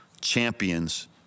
Champions